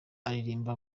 aririmba